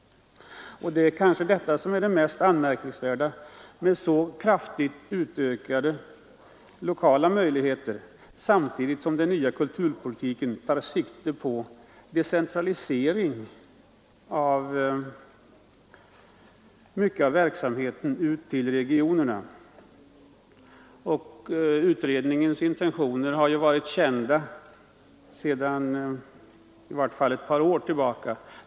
Och det är kanske det mest anmärkningsvärda att man fått så kraftigt utökade lokaler samtidigt som den nya kulturpolitiken tar sikte på decentralisering av en stor del av verksamheten till regionerna. Utredningens intentioner har ju varit kända sedan i vart fall ett par år tillbaka.